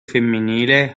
femminile